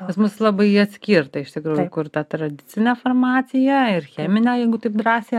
pas mus labai atskirta iš tikrųjų kur ta tradicinė farmacija ir cheminė jeigu taip drąsiai